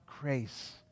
grace